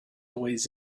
always